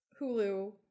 Hulu